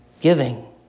giving